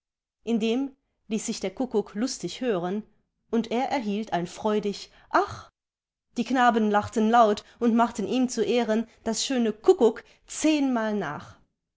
indem ließ sich der kuckuck lustig hören und er erhielt ein freudig ach die knaben lachten laut und machten ihm zu ehren das schöne kuckuck zehnmal nach